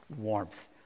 warmth